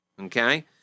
okay